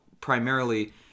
primarily